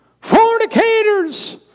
fornicators